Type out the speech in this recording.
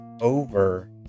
over